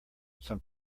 some